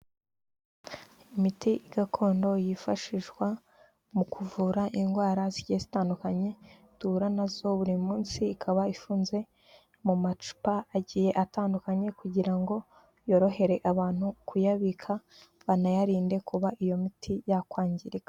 Imiti gakondo yifashishwa mu kuvura indwara zigiye zitandukanye duhura nazo buri munsi, ikaba ifunze mu macupa agiye atandukanye kugira ngo yorohere abantu kuyabika, banayarinde kuba iyo miti yakwangirika.